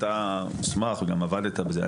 אתה מוסמך וגם עבדת בזה.